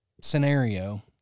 scenario